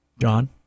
John